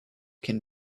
can